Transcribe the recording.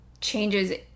changes